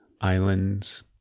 islands